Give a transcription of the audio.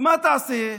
מה תעשה?